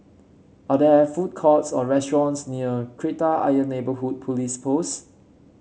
are there food courts or restaurants near Kreta Ayer Neighbourhood Police Post